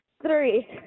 three